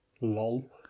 lol